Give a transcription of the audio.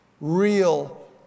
real